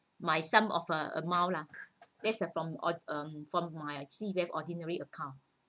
my some of uh amount lah that's uh from ordi~ um from my C_P_F ordinary account